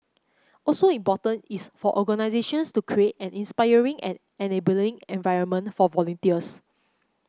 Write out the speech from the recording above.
also important is for organisations to create an inspiring and enabling environment for volunteers